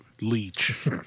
leech